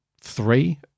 three